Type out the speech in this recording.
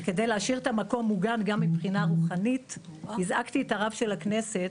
כדי להשאיר את המקום מוגן גם מבחינה רוחנית הזעקתי את הרב של הכנסת